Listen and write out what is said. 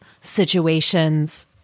situations